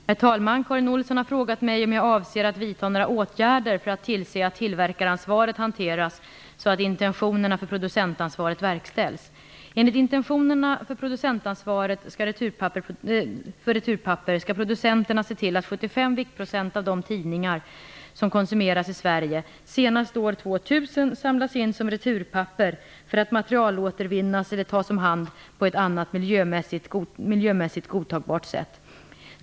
Herr talman! Karin Olsson har frågat mig om jag avser att vidta några åtgärder för att tillse att tillverkaransvaret hanteras så att intentionerna för producentansvaret verkställs. Enligt intentionerna för producentansvaret för returpapper skall producenterna se till att 75 viktsprocent av de tidningar som konsumeras i Sverige senast år 2000 samlas in som returpapper för att materialåtervinnas eller tas om hand på ett annat miljömässigt godtagbart sätt.